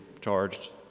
charged